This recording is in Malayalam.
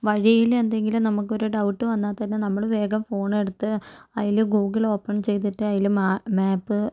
വഴിയില് എന്തെങ്കിലും നമ്മക്ക് ഒരു ഡൗട്ട് വന്നാൽ തന്നെ നമ്മള് വേഗം ഫോണെടുത്ത് അയില് ഗൂഗിള് ഓപ്പണ് ചെയ്തിട്ട് അതില് മാ മാപ്